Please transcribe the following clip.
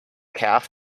calf